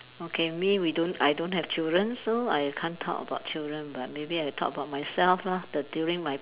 okay me we don't I don't have children so I can't talk about children but maybe I talk about myself lah the during my